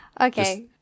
okay